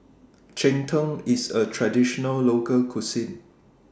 Cheng Tng IS A Traditional Local Cuisine